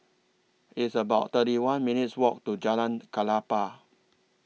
It's about thirty one minutes' Walk to Jalan Klapa